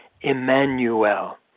Emmanuel